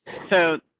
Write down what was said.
so,